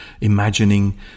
imagining